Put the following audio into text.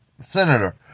senator